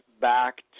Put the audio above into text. back